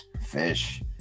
fish